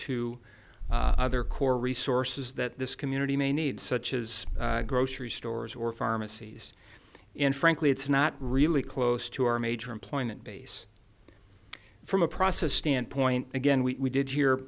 to other core resources that this community may need such as grocery stores or pharmacies and frankly it's not really close to our major employment base from a process standpoint again we did